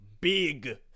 big